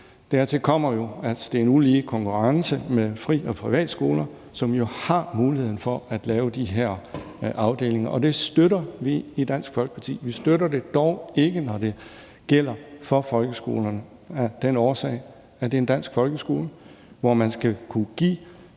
Dertil kommer den ulige konkurrence med fri- og privatskoler, som jo har muligheden for at lave de her afdelinger, og det støtter vi i Dansk Folkeparti. Vi støtter det dog ikke, når det gælder for folkeskolerne, af den årsag at det er en dansk folkeskole, hvor man skal kunne give